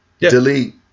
delete